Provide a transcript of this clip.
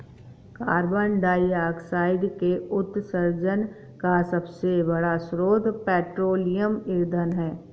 carbon dioxide के उत्सर्जन का सबसे बड़ा स्रोत पेट्रोलियम ईंधन है